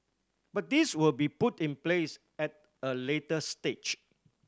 but these will be put in place at a later stage